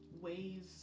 ways